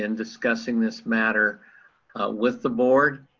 and discussing this matter with the board,